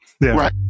Right